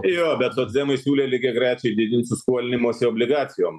jo bet socdemai siūlė lygiagrečiai didinti skolinimosi obligacijom